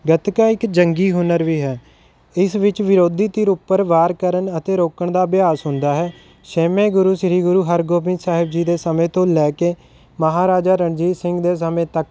ਗੱਤਕਾ ਇਕ ਜੰਗੀ ਹੁਨਰ ਵੀ ਹੈ ਇਸ ਵਿੱਚ ਵਿਰੋਧੀ ਧਿਰ ਉੱਪਰ ਵਾਰ ਕਰਨ ਅਤੇ ਰੋਕਣ ਦਾ ਅਭਿਆਸ ਹੁੰਦਾ ਹੈ ਛੇਵੇਂ ਗੁਰੂ ਸ਼੍ਰੀ ਗੁਰੂ ਹਰਗੋਬਿੰਦ ਸਾਹਿਬ ਜੀ ਦੇ ਸਮੇਂ ਤੋਂ ਲੈ ਕੇ ਮਹਾਰਾਜਾ ਰਣਜੀਤ ਸਿੰਘ ਦੇ ਸਮੇਂ ਤੱਕ